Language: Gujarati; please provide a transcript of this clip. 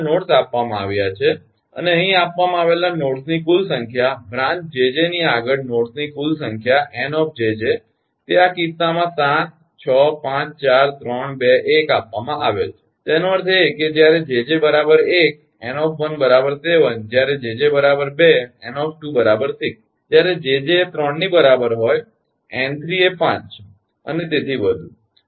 તેથી આ નોડ્સ આપવામાં આવ્યા છે અને અહીં આપવામાં આવેલા નોડ્સની કુલ સંખ્યા બ્રાંચ 𝑗𝑗 ની આગળ નોડ્સ ની કુલ સંખ્યા 𝑁𝑗𝑗 તે આ કિસ્સામાં 7 6 5 4 3 2 1 આપવામાં આવેલ છે તેનો અર્થ એ કે જ્યારે 𝑗𝑗 1 𝑁 7 જ્યારે 𝑗𝑗 2 𝑁 6 જ્યારે jj એ 3 ની બરાબર હોય N 3 એ 5 છે અને તેથી વધુ